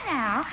now